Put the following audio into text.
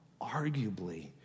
arguably